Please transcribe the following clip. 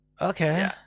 Okay